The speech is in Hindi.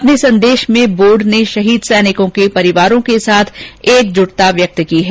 अपने संदेश में बोर्ड ने शहीद सैनिकों के परिवारों के साथ एकजुटता व्यक्त की है